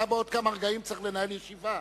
בעוד כמה רגעים אתה צריך לנהל ישיבה.